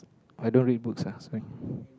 I don't read books[ah] sorry